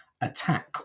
attack